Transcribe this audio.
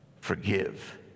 forgive